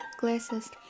glasses